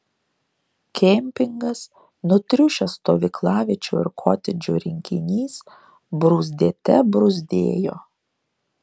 kempingas nutriušęs stovyklaviečių ir kotedžų rinkinys bruzdėte bruzdėjo